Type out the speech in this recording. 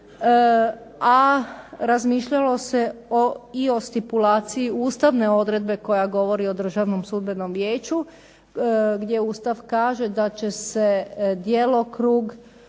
A razmišljalo se i o stipulaciji ustavne odredbe koja govori o Državnom sudbenom vijeću gdje Ustav kaže da će se djelokrug